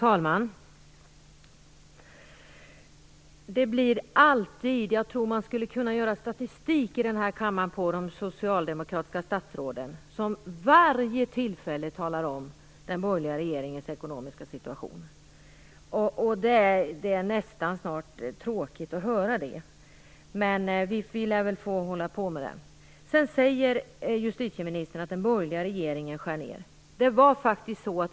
Fru talman! Jag tror att man skulle kunna föra en statistik här i kammaren över de socialdemokratiska statsråd som vid varje tillfälle talar om den borgerliga regeringens ekonomiska situation. Det är snart nästan tråkigt att höra på. Men vid lär väl få hålla på ett tag till. Justitieministern säger att den borgerliga regeringen gjorde nedskärningar.